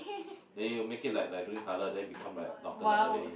then you make it like like green colour then become like Northern-Light already